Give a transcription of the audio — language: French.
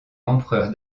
empereur